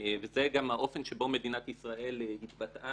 וזה גם האופן שבו מדינת ישראל התבטאה